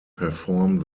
perform